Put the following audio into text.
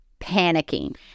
panicking